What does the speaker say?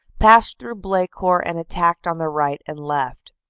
passed through blecourt and attacked on the right and left.